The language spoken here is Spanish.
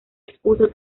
expuso